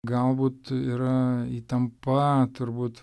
galbūt yra įtampa turbūt